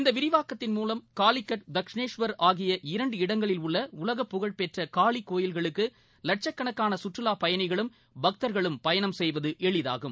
இந்த விரிவாக்கத்தின் மூலம் காளிகட் தட்ஷினேனஷ்வர் ஆகிய இரண்டு இடங்களில் உள்ள உலக புகழ்பெற்ற காளி கோவில்களுக்கு லட்சக்கணக்கான சுற்றுலா பயணிகளும் பக்தர்களும் பயணம் செய்வது எளிதாகும்